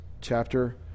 chapter